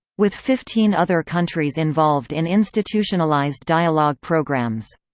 with fifteen other countries involved in institutionalized dialogue programs.